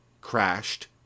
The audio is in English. crashed